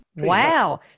wow